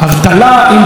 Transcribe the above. אם תהיה,